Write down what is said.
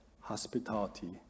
hospitality